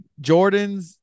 Jordans